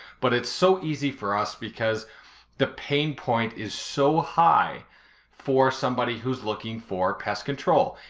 but it's so easy for us because the pain point is so high for somebody who's looking for pest control.